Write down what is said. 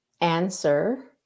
answer